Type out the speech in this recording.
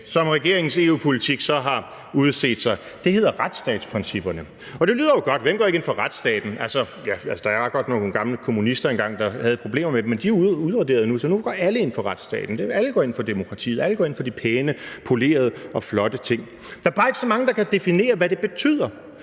som regeringens EU-politik så har udset sig, hedder retsstatsprincipperne, og det lyder jo godt, for hvem går ikke ind for retsstaten? Altså, der var godt nok nogle gamle kommunister engang, der havde problemer med den, men de er jo udraderet nu, så nu går alle ind for retsstaten, alle går ind for demokratiet, og alle går ind for de pæne, polerede og flotte ting. Der er bare ikke så mange, der kan definere, hvad det betyder.